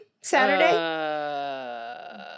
Saturday